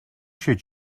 should